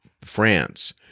france